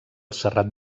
serrat